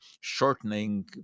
shortening